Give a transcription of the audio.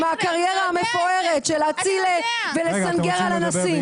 הקריירה המפוארת של להציל ולסנגר על אנסים.